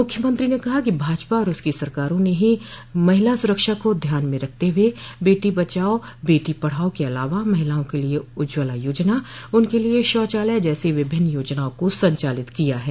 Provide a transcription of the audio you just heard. मुख्यमंत्री ने कहा कि भाजपा और उसकी सरकारों ने ही महिला सुरक्षा को ध्यान में रखते हुए बेटी बचाओ बेटी पढ़ाओ के अलावा महिलाओं के लिये उज्ज्वला योजना उनके लिये शौंचालय जैसी विभिन्न योजनाओं को संचालित किया है